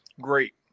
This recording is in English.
great